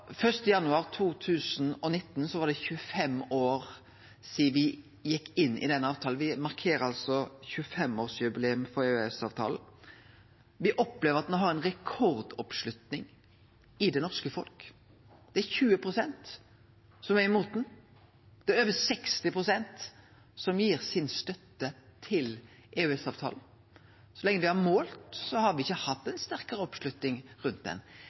1. januar 2019 var det 25 år sidan me gjekk inn i den avtalen – me markerer altså 25-årsjubileum for EØS-avtalen. Me opplever at han har ei rekordoppslutning i det norske folket. Det er 20 pst. som er mot han, det er over 60 pst. som gir støtta si til EØS-avtalen. Så lenge me har målt, har me ikkje hatt ei sterkare oppslutning rundt